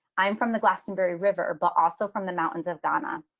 i'm from the glastonbury river, but also from the mountains of ghana.